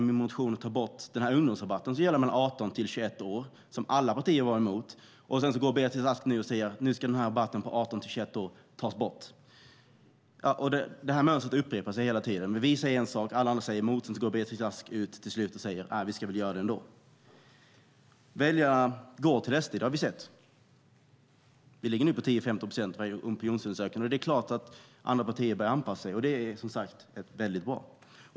I min motion skrev jag att den ungdomsrabatt som gäller mellan 18 och 21 år bör tas bort. Alla partier var emot det. Sedan går Beatrice Ask ut och säger: Nu ska rabatten mellan 18 och 21 år tas bort. Mönstret upprepar sig hela tiden. Vi säger en sak, och alla andra säger emot. Sedan går till slut Beatrice Ask ut och säger: Vi ska göra det ändå. Väljare går till SD. Det har vi sett. Vi ligger nu på 10-15 procent i opinionsundersökningarna. Det är klart att andra partier börjar anpassa sig, vilket som sagt är väldigt bra.